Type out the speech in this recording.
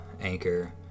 Anchor